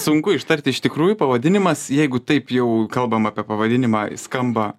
sunku ištarti iš tikrųjų pavadinimas jeigu taip jau kalbam apie pavadinimą skamba